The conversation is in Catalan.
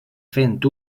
fent